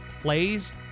plays